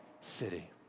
city